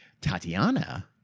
Tatiana